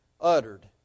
uttered